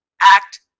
act